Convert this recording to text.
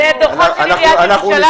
אלה דוחות של עיריית ירושלים.